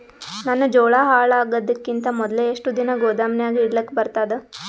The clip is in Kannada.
ನನ್ನ ಜೋಳಾ ಹಾಳಾಗದಕ್ಕಿಂತ ಮೊದಲೇ ಎಷ್ಟು ದಿನ ಗೊದಾಮನ್ಯಾಗ ಇಡಲಕ ಬರ್ತಾದ?